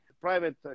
private